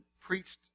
preached